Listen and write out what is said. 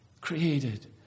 created